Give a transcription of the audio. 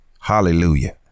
Hallelujah